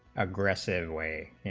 aggressive way,